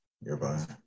nearby